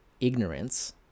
ignorance